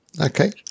Okay